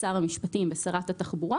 שר המשפטים ושרת התחבורה,